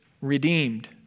redeemed